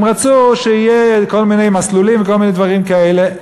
הם רצו שיהיו כל מיני מסלולים וכל מיני דברים כאלה,